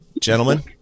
gentlemen